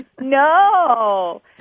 No